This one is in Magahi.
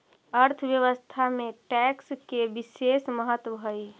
अर्थव्यवस्था में टैक्स के बिसेस महत्व हई